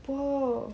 !wow!